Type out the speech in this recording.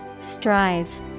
Strive